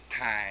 time